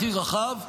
הכי רחב,